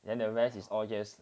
then the rest is all just